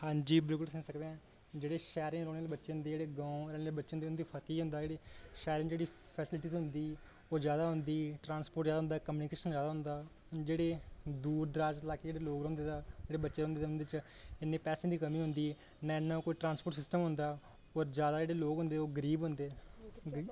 हां जी बिल्कुल सनाई सकना जेह्ड़े शैहरें दे बच्चे होंदे जेह्ड़े गांव आह्ले बच्चे होंदे उं'दे च फर्क इ'यै होंदा जेह्ड़ी शैहरें च जेह्ड़ी फेसिलिटियां होंदी ओह् जैदा होंदी ट्रांसपोर्ट जैदा होंदा काम्नीकेशन जैदा होंदा जेह्ड़े दूर दराज इलाके दे लोग न जेह्दा बच्चे होंदे न उं'दे च इन्नी पैसे दी कमी होंदी ना इन्ना कोई ट्रांसपोर्ट सिस्टम होंदा जैदा जेह्ड़े लोग होंदे ओह् गरीब होंदे